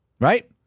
right